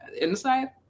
inside